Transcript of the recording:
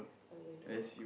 I'm going to work